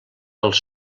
els